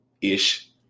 ish